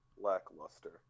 lackluster